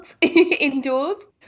indoors